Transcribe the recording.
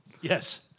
yes